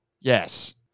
Yes